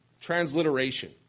transliteration